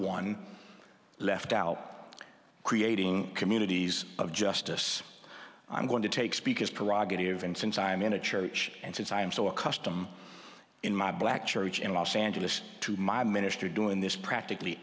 one left out creating communities of justice i'm going to take speakers parag it even since i'm in a church and since i am so accustom in my black church in los angeles to my minister doing this practically